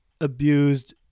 abused